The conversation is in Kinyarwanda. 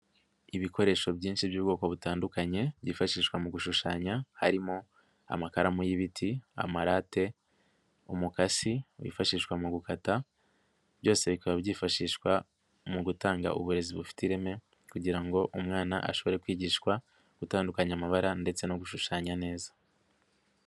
Ibikoresho byinshi by'ubwoko butandukanye, byifashishwa mu gushushanya, harimo amakaramu y'ibiti, amarate, umukasi, wifashishwa mu gukata, byose bikaba byifashishwa mu gutanga uburezi bufite ireme kugira ngo umwana ashobore kwigishwa, gutandukanya amabara ndetse no gushushanya neza.